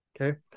okay